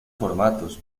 formatos